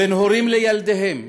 בין הורים לילדיהם